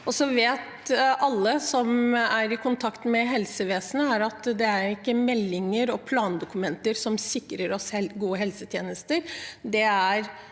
alle som er i kontakt med helsevesenet, at det ikke er meldinger og plandokumenter som sikrer oss gode helsetjenester,